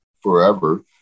forever